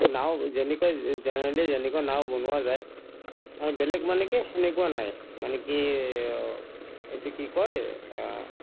নাওঁ যেনেকুৱা জেনেৰেলি যেনেকুৱা নাওঁ বনোৱা যায় বেলেগ মানে কি সেনেকুৱা নাওঁৱে মানে কি এইটো কি কয়